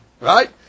Right